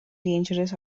dangerous